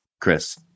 Chris